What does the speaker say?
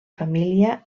família